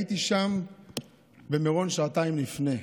הייתי שם במירון שעתיים לפני.